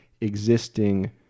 existing